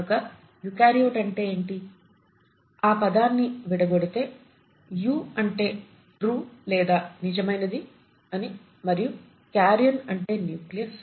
కనుక యుకార్యోట్ అంటే ఏమిటి ఆ పదాన్ని విడగొడితే యు అంటే ట్రూ లేదా నిజమైనది అని మరియు కార్యోన్ అంటే నూక్లియస్